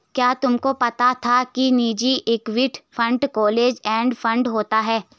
क्या तुम्हें पता था कि निजी equity fund close end fund होते हैं?